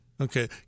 okay